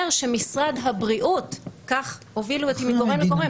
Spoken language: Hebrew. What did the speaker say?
שמשרד הבריאות כך הובילו אותי מגורם לגורם